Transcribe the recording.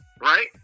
right